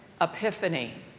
epiphany